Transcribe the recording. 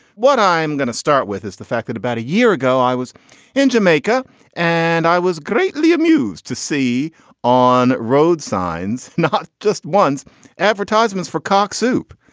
what i'm going to start with is the fact that about a year ago i was in jamaica and i was greatly amused to see on road signs, not just ones advertisments for cock soup.